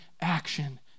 action